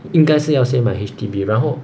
应该是要先买 H_D_B 然后